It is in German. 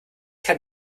kann